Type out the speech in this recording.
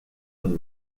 nun